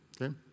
Okay